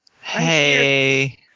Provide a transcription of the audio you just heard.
Hey